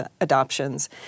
adoptions